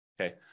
Okay